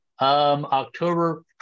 October